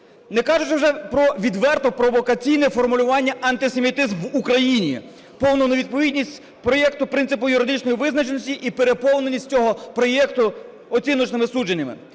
Не кажучи вже про відверто провокаційне формулювання "антисемітизм в Україні", повну невідповідність проекту принципу юридичної визначеності і переповненість цього проекту оціночними судженнями.